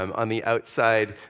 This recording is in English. um on the outside,